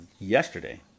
yesterday